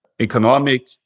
economic